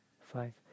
five